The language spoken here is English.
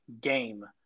game